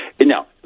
Now